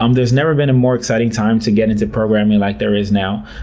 um there's never been a more exciting time to get into programming like there is now.